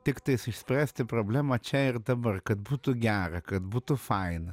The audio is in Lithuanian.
tiktais išspręsti problemą čia ir dabar kad būtų gera kad būtų faina